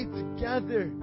together